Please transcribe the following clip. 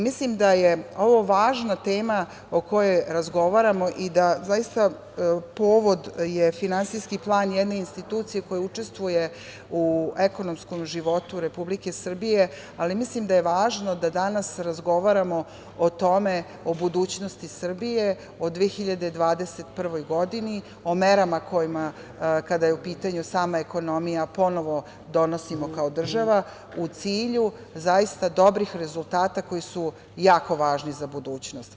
Mislim da je ovo važna tema o kojoj razgovaramo i povod je finansijski plan jedne institucije koja učestvuje u ekonomskom životu Republike Srbije, ali mislim da je važno da danas razgovaramo o budućnosti Srbije, o 2021. godini, o merama koje, kada je u pitanju sama ekonomija, ponovo donosimo kao država, a u cilju zaista dobrih rezultata koji su jako važni za budućnost.